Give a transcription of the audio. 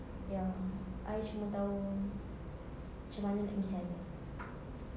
ya I cuma tahu macam mana nak pergi sana